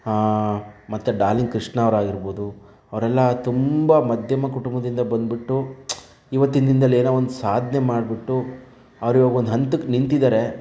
ಮತ್ತು ಡಾರ್ಲಿಂಗ್ ಕೃಷ್ಣ ಅವರು ಆಗಿರ್ಬೋದು ಅವರೆಲ್ಲ ತುಂಬ ಮಧ್ಯಮ ಕುಟುಂಬದಿಂದ ಬಂದುಬಿಟ್ಟು ಇವತ್ತಿನ ದಿನದಲ್ಲಿ ಏನೋ ಒಂದು ಸಾಧನೆ ಮಾಡಿಬಿಟ್ಟು ಅವರು ಈವಾಗೊಂದು ಹಂತಕ್ಕೆ ನಿಂತಿದ್ದಾರೆ